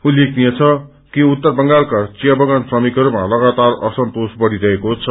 उल्लेखनीय छ कि उत्तर बंगालाका चिया बगान श्रमिकहरूमा लगतार असन्तोष कहिरहेको छ